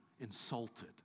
insulted